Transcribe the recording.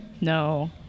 No